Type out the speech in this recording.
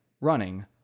running